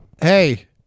Hey